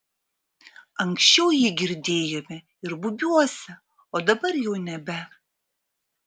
anksčiau jį girdėjome ir bubiuose o dabar jau nebe